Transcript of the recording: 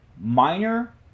minor